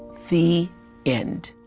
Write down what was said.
the end.